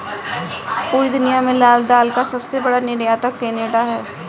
पूरी दुनिया में लाल दाल का सबसे बड़ा निर्यातक केनेडा है